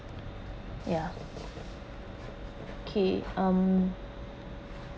ya okay um